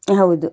ಆಂ ಹೌದು